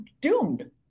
doomed